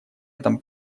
этом